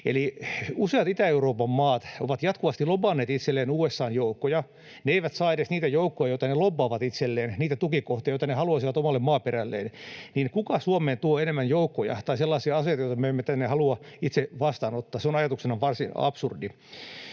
Useat Itä-Euroopan maat ovat jatkuvasti lobanneet itselleen USA:n joukkoja. Kun ne eivät saa edes niitä joukkoja, joita ne lobbaavat itselleen, niitä tukikohtia, joita ne haluaisivat omalle maaperälleen, niin kuka tuo Suomeen enemmän joukkoja tai sellaisia aseita, joita me emme tänne halua itse vastaanottaa? Se on ajatuksena varsin absurdi.